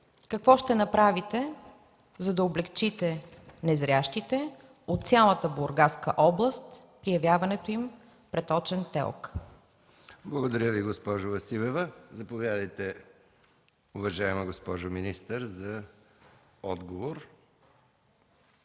какво ще направите, за да облекчите незрящите от цялата Бургаска област и явяването им пред очен ТЕЛК? ПРЕДСЕДАТЕЛ МИХАИЛ МИКОВ: Благодаря Ви, госпожо Василева. Заповядайте, уважаема госпожо министър, за отговор.